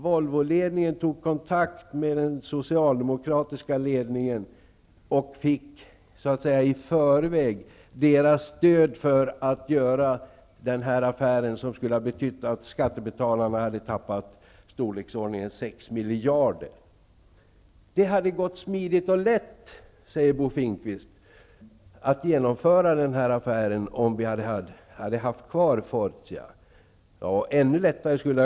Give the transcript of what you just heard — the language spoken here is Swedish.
Volvoledningen tog kontakt med den socialdemokratiska ledningen och fick i förväg stöd för att genomföra affären -- som hade betytt att skattebetalarna hade förlorat ca 6 miljarder kronor. Bo Finnkvist säger att det hade gått smidigt och lätt att genomföra affären om Fortia hade funnits kvar.